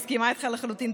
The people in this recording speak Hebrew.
אני מסכימה איתך לחלוטין.